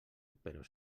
però